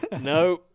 no